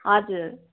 हजुर